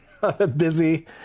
busy